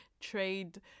trade